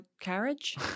carriage